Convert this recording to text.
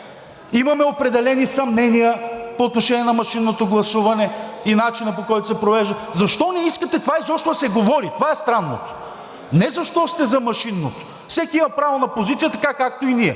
имаме определени съмнения по отношение на машинното гласуване и начина, по който се провежда, а защо не искате това изобщо да се говори?! Това е странното – не защото сте за машинното. Всеки има право на позиция, така, както и Вие.